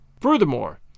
Furthermore